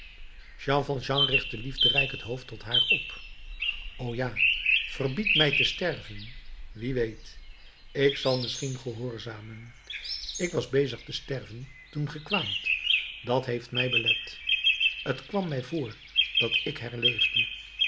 jean valjean richtte liefderijk het hoofd tot haar op o ja verbied mij te sterven wie weet ik zal misschien gehoorzamen ik was bezig te sterven toen ge kwaamt dat heeft mij belet t kwam mij voor dat ik herleefde